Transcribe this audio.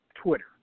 Twitter